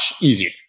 easier